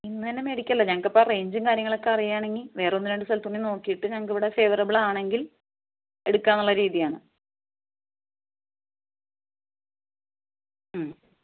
ഇന്ന് തന്നെ മേടിക്കുവല്ല ഞങ്ങൾക്ക് അപ്പോൾ റേഞ്ചും കാര്യങ്ങൾ ഒക്കെ അറിയുവാണെങ്കിൽ വേറെ ഒന്ന് രണ്ട് സ്ഥലത്തുകൂടി നോക്കിയിട്ട് ഞങ്ങൾക്ക് ഫേവറബിൾ ആണെങ്കിൽ എടുക്കാമെന്നുള്ള രീതിയാണ് ഉം